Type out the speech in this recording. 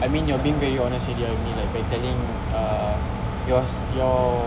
I mean you're being very honest already ah with me like been telling uh yours your